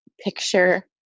picture